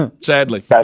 sadly